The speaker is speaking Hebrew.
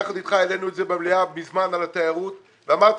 יחד אתך העלינו במליאה את נושא התיירות ואמרת